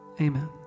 amen